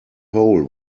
hole